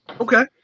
Okay